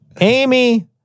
Amy